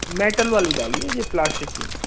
metal वाली डालिए यह प्लास्टिक की नहीं